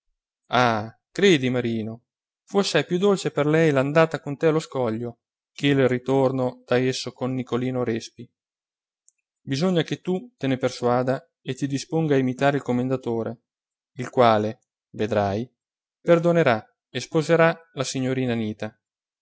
ah credi marino fu assai più dolce per lei l'andata con te allo scoglio che il ritorno da esso con nicolino respi bisogna che tu te ne persuada e ti disponga a imitare il commendatore il quale vedrai perdonerà e sposerà la signorina anita